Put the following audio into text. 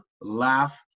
laugh